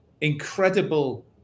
incredible